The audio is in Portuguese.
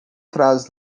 traz